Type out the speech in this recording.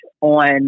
on